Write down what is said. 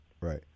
Right